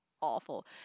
awful